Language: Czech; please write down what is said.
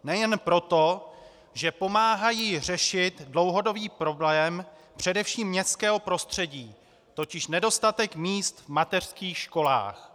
Nejen proto, že pomáhají řešit dlouhodobý problém především městského prostředí, totiž nedostatek míst v mateřských školách.